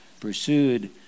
pursued